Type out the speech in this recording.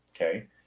okay